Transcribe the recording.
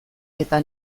eta